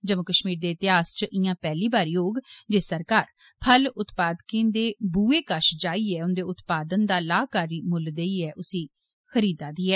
जम्मू कश्मीर दे इतिहास च इयां पैहली बारी होग जे सरकार फल उत्पादकें दे बूहटे कश जाईयै उंदे उत्पादन दा लाभकारी मुल्ल देईयै उसी खरीदा दी ऐ